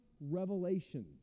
Revelation